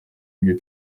ibyo